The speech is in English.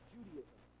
Judaism